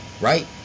right